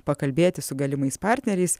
pakalbėti su galimais partneriais